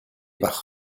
par